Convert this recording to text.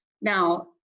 Now